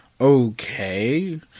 Okay